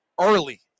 early